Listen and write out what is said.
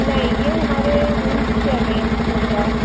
नहीं यह हमारे रूल्स के अगेंस्ट होगा